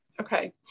Okay